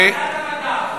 תוצאות ההצבעה: בעד, 54, נגד,